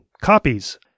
copies